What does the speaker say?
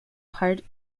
hard